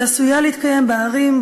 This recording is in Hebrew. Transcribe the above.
שעשויה להתקיים בערים,